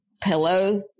pillows